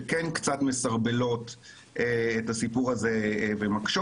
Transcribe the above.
שכן קצת מסרבלות את הסיפור הזה ומקשות.